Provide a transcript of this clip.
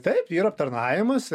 taip yra aptarnavimas